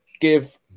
give